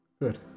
good